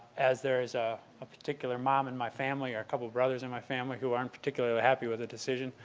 as there is ah a particular mom in my family or a couple of brothers in my family who aren't particularly happy with a decision,